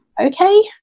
okay